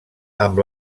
amb